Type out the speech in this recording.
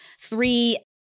Three